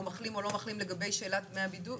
או מחלים או לא מחלים לגבי שאלת דמי הבידוד?